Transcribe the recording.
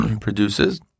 produces